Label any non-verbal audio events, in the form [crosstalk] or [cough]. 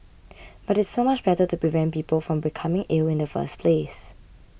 [noise] but it's so much better to prevent people from becoming ill in the first place